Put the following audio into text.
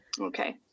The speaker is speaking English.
Okay